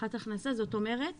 הבטחת הכנסה, זאת אומרת